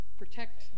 protect